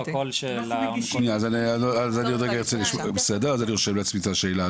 אני רושם לעצמי את השאלה הזאת.